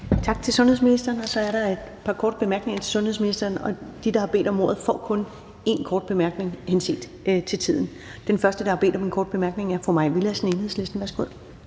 Tak til sundhedsministeren, og så er der et par korte bemærkninger til sundhedsministeren. De, der har bedt om ordet, får kun én kort bemærkning, henset til tiden. Den første, der har bedt om en kort bemærkning, er fru Mai Villadsen, Enhedslisten. Værsgo.